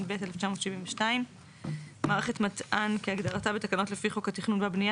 התשל"ב-1972 מערכת מתע"ן כהגדרתה בתקנות לפי חוק התכנון והבנייה,